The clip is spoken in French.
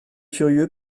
furieux